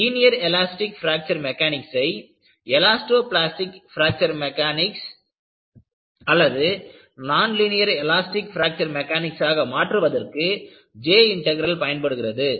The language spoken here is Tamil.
லீனியர் எலாஸ்டிக் பிராக்ச்சர் மெக்கானிக்ஸை எலாஸ்டோ பிளாஸ்டிக் பிராக்ச்சர் மெக்கானிக்ஸ் அல்லது நான் லீனியர் எலாஸ்டிக் பிராக்ச்சர் மெக்கானிக்ஸாக மாற்றுவதற்கு J இன்டெக்ரல் பயன்படுகிறது